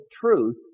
truth